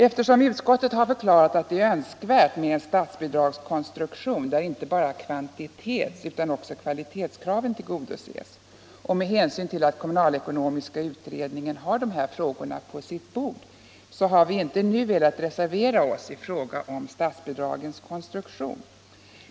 Eftersom utskottet har förklarat att det är önskvärt med en statsbidragskonstruktion där inte bara kvantitets utan också kvalitetskraven tillgodoses och med hänsyn till att kommunalckonomiska utredningen har dessa frågor på sitt bord har vi inte nu velat reservera oss i fråga om statsbidragens konstruktion.